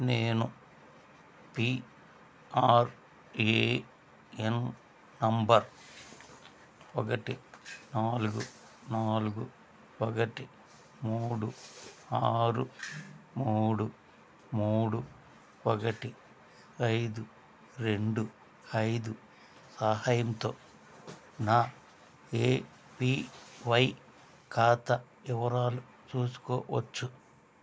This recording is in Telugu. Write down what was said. నేను పిఆర్ఏఎన్ నెంబర్ ఒకటి నాలుగు నాలుగు ఒకటి మూడు ఆరు మూడు మూడు ఒకటి ఐదు రెండు ఐదు సహాయంతో నా ఏపివై ఖాతా వివరాలు చూసుకోవచ్చు